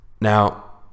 Now